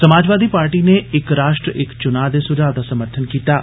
Samajwadi Party नै इक राष्ट्र इक चुनांऽ दे सुझाव दा समर्थन कीता ऐ